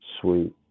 Sweet